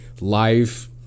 life